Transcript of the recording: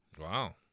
Wow